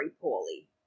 poorly